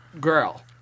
girl